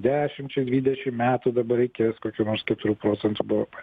dešimčiai dvidešim metų dabar reikės kokių nors keturių procentų bvp